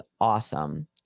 awesome